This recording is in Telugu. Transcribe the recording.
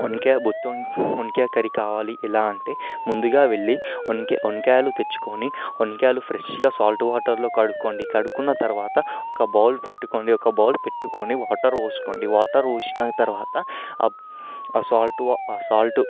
వంకాయ గుత్తి వంకాయ కర్రీ కావాలి ఎలా అంటే ముందుగా వెళ్ళి వం వంకాయలు తెచ్చుకొని వంకాయలు ఫ్రెష్గా సాల్ట్ వాటర్లో కడుక్కోండి కడుక్కున్న తరువాత ఒక బౌల్ పెట్టుకోండి ఒక బౌల్ పెట్టుకొని వాటర్ పోసుకోండి వాటర్ పోసిన తరువాత ఆ సాల్ట్ ఆ సాల్ట్